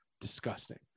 disgusting